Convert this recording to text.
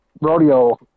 Rodeo